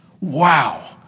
Wow